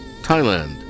Thailand